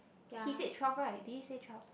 he say twelve right did he say twelve